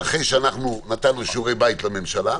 אחרי שאנחנו נתנו שיעורי בית לממשלה,